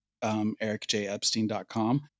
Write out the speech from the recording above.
EricJEpstein.com